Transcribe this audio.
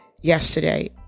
yesterday